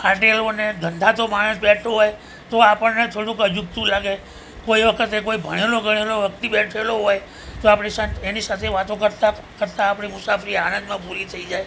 ફાટેલો અને ગંધાતો માણસ બેઠો હોય તો આપણને થોડું અજુગતું લાગે કોઈ વખતે કોઈ ભણેલો ગણેલો વ્યક્તિ બેઠેલો હોય તો આપણે એની સાથે વાતો કરતા કરતા આપણી મુસાફરી આનંદમાં પૂરી થઈ જાય